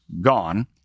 gone